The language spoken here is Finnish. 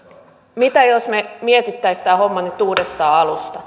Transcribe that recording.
mitä jos me miettisimme tämän homman nyt uudestaan alusta